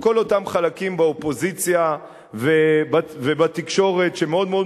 וכל אותם חלקים באופוזיציה ובתקשורת שמאוד מאוד